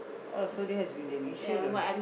oh so there has been an issue lah